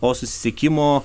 o susisiekimo